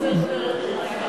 חבר הכנסת,